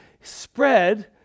spread